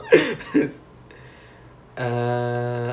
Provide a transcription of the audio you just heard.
oh what school is that S_P_F is it